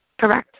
Correct